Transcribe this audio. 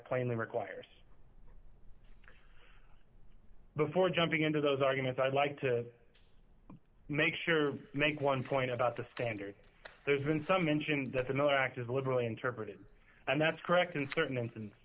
plainly requires before jumping into those arguments i'd like to make sure make one point about the standard there's been some mention that's another act as liberally interpreted and that's correct in certain instance